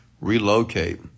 relocate